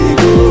go